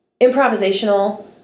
improvisational